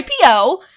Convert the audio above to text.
IPO